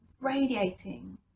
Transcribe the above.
radiating